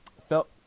felt